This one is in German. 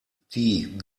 die